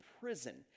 prison